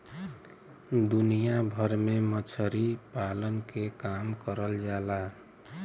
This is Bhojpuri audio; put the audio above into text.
दुनिया भर में मछरी पालन के काम करल जाला